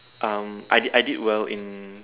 um I did I did well in